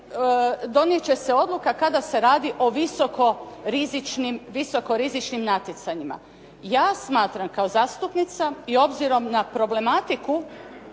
donijeti će se odluka kada se radi o visoko rizičnim natjecanjima. Ja smatram kao zastupnica i obzirom na problematiku